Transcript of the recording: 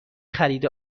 خرید